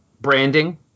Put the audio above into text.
branding